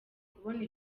kubona